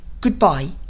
Goodbye